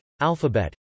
Alphabet